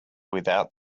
without